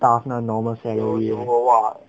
staffman normal salary leh